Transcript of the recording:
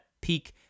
peak